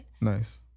Nice